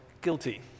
guilty